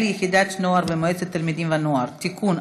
יחידת נוער ומועצת תלמידים ונוער) (תיקון),